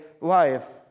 life